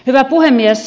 hyvä puhemies